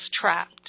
trapped